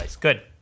Good